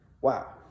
Wow